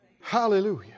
Hallelujah